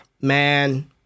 man